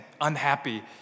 unhappy